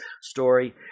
story